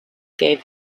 gave